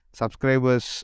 subscribers